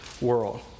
world